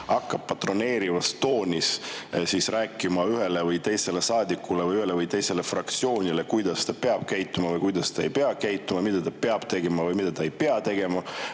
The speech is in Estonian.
hakkab patroneerival toonil rääkima ühele või teisele saadikule või ühele või teisele fraktsioonile, kuidas ta peab käituma või kuidas ta ei pea käituma, mida ta peab tegema või mida ta ei pea tegema,